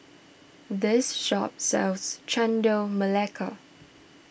this shop sells Chendol Melaka